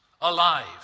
alive